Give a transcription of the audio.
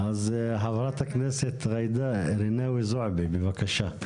חברת הכנסת ג'ידא רינאוי זועבי, בבקשה.